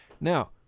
Now